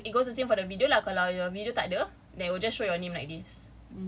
and then it goes the same for the video lah kalau your video takde they will just show your name like this